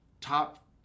top